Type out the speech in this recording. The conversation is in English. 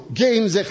games